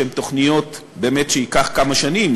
שהן תוכניות שייקחו כמה שנים,